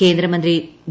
കേന്ദ്രമന്ത്രി വി